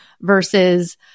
versus